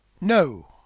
No